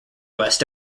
west